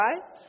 right